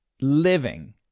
Living